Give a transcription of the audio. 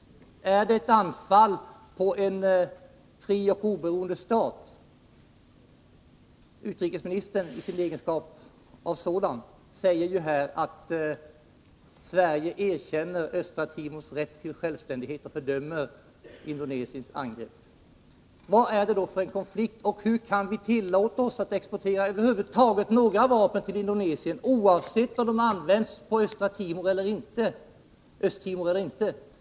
Är det ett anfall på en fri och oberoende stat? Lennart Bodström säger i sin egenskap av utrikesminister att Sverige erkänner Östtimors rätt till självständighet och fördömer Indonesiens angrepp. Hur kan vi tillåta oss att över huvud taget exportera några vapen till Indonesien, oavsett om de har använts på Östtimor eller inte?